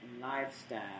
lifestyle